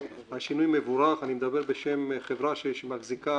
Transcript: אני מדבר בשם חברה שמחזיקה